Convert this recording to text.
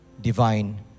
divine